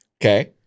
okay